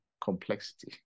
complexity